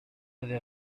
avez